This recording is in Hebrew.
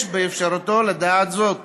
יש באפשרותו לדעת זאת.